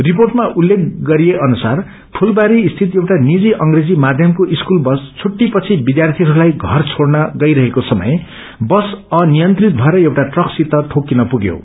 रिपोटमा उल्लेख गरिए अनुसार फूलबारी स्थित एउटा निजी अंग्रेजी माध्यमको स्कूल बस छुट्टी पछि विध्यार्थीहरूलाई घर छोड़न गईरहेको समय बस अनियन्त्रित भएर एउटा ट्रकसित ठोक्किन पुग्यो